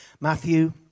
Matthew